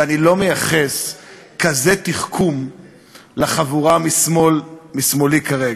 ואני לא מייחס כזה תחכום לחבורה משמאלי כרגע.